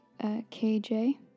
kJ